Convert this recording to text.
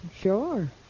Sure